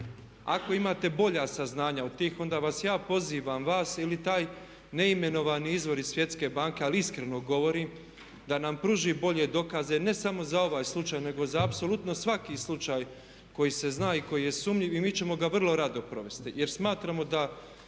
Ako imate bolja saznanja od tih onda vas ja pozivam, vas ili taj neimenovani izvor iz Svjetske banke, ali iskreno govorim, da nam pruži bolje dokaze ne samo za ovaj slučaj nego za apsolutno svaki slučaj koji se zna i koji je sumnjiv i mi ćemo ga vrlo rado provesti